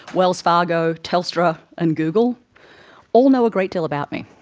wells fargo, telstra and google all know a great deal about me.